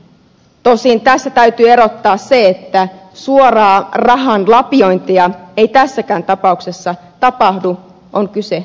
tosin tässä täytyy erottaa se että suoraa rahan lapiointia ei tässäkään tapauksessa tapahdu on kyse takauksista